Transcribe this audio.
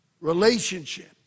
relationship